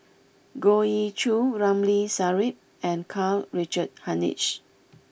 Goh Ee Choo Ramli Sarip and Karl Richard Hanitsch